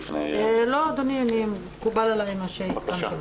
לא, אדוני, מקובל עליי מה שהסכמתם.